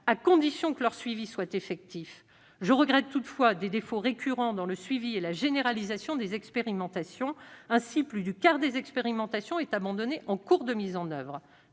à condition que leur suivi soit effectif. Je regrette toutefois des défauts récurrents dans le suivi et la généralisation des expérimentations. Ainsi, plus du quart d'entre elles est abandonné en cours de mise en oeuvre.